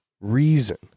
reason